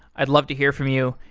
i'd love to hear from you.